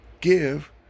Give